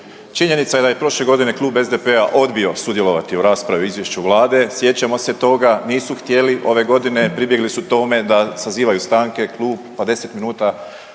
Činjenica je da je prošle godine Klub SDP-a odbio sudjelovati u raspravi o izvješću Vlade. Sjećamo se toga, nisu htjeli ove godine. Pribjegli su tome da sazivaju stanke, klub, pa 10 minuta